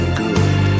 good